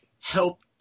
help